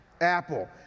apple